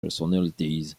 personalities